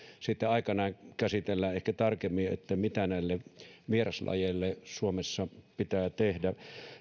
sitten aikanaan käsitellään ehkä tarkemmin mitä näille vieraslajeille suomessa pitää tehdä